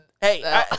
Hey